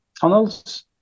tunnels